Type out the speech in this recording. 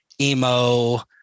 emo